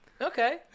Okay